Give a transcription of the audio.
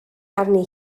arni